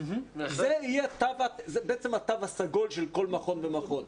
זה בעצם התו הסגול של כל מכון ומכון.